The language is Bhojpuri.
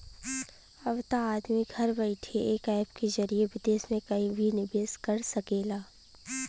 अब त आदमी घर बइठे एक ऐप के जरिए विदेस मे कहिं भी निवेस कर सकेला